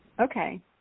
Okay